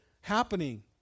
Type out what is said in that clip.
happening